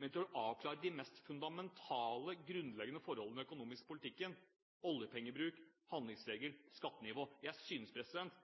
men til å avklare de mest fundamentale grunnleggende forholdene ved den økonomiske politikken – oljepengebruk, handlingsregel, skattenivå! Jeg synes